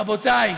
רבותי,